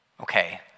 okay